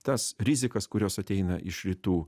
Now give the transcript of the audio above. tas rizikas kurios ateina iš rytų